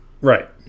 Right